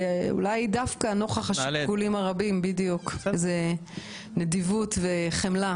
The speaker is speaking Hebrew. אולי דווקא נוכח השיקולים הרבים צריך להראות נדיבות וחמלה.